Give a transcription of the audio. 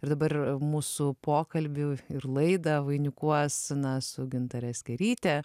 ir dabar mūsų pokalbį ir laidą vainikuos na su gintare skėryte